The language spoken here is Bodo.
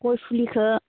गय फुलिखो